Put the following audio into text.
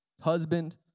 Husband